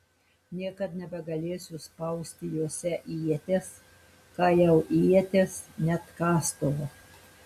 niekad nebegalėsiu spausti juose ieties ką jau ieties net kastuvo